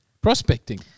Prospecting